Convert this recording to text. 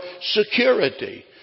security